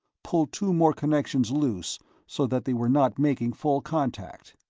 pulled two more connections loose so that they were not making full contact.